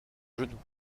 genoux